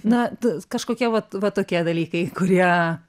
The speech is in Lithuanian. na kažkokie vat va tokie dalykai kurie